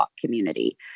community